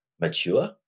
mature